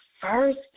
first